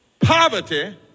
Poverty